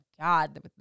god